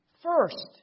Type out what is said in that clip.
First